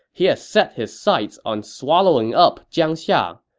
he has set his sights on swallowing up jiangxia.